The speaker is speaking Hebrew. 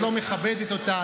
את לא מכבדת אותה,